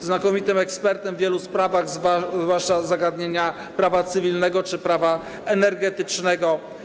To znakomity ekspert w wielu sprawach, zwłaszcza w zagadnieniach prawa cywilnego czy prawa energetycznego.